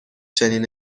چنین